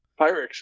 Pyrex